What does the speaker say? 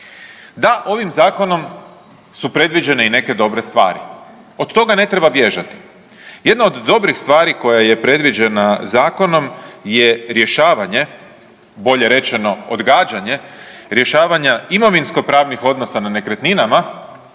Da, ovim zakonom su predviđene i neke dobre stvari, od toga ne treba bježati. Jedna od dobrih stvari koja je predviđena zakonom je rješavanje bolje rečeno odgađanje rješavanja imovinskopravnih odnosa na nekretninama